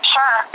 Sure